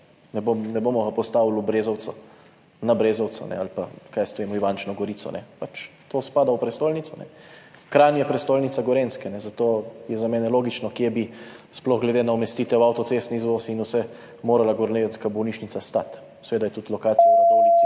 ne bomo ga postavili na Brezovico ali pa, kaj jaz vem, v Ivančno Gorico, pač to spada v prestolnico. Kranj je prestolnica Gorenjske, zato je za mene logično, kje bi, sploh glede na umestitev, avtocestni izvoz in vse, morala gorenjska bolnišnica stati. Seveda je tudi lokacija v Radovljici